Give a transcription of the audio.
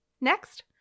next